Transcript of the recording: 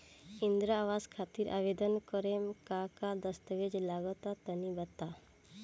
इंद्रा आवास खातिर आवेदन करेम का का दास्तावेज लगा तऽ तनि बता?